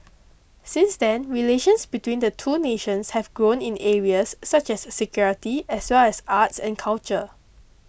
since then relations between the two nations have grown in areas such as security as well as arts and culture